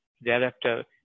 Thereafter